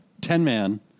Ten-man